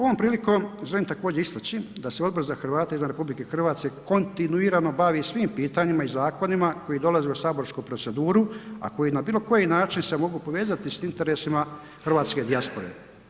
Ovom prilikom želim također istaći da se Odbor za Hrvate izvan RH kontinuirano bavi svim pitanjima i zakonima koji dolaze u saborsku proceduru a koji na bilokoji način se mogu povezati sa interesima hrvatske dijaspore.